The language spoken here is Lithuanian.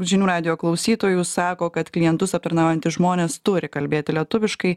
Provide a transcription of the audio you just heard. žinių radijo klausytojų sako kad klientus aptarnaujantys žmonės turi kalbėti lietuviškai